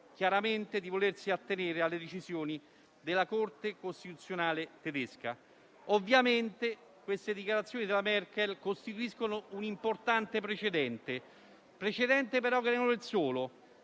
chiaramente di volersi attenere alle decisioni della Corte costituzionale tedesca. Ovviamente, queste dichiarazioni della Merkel costituiscono un importante precedente che però non è il solo.